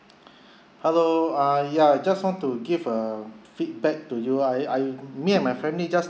hello uh ya just want to give a feedback to you I I me and my family just